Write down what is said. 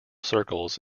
circles